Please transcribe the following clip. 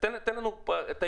תן לנו את ההבדלים,